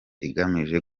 agamije